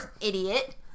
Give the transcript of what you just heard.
idiot